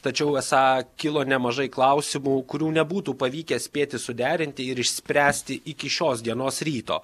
tačiau esą kilo nemažai klausimų kurių nebūtų pavykę spėti suderinti ir išspręsti iki šios dienos ryto